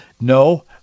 No